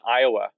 Iowa